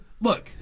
Look